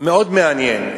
מאוד מעניין.